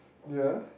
yeah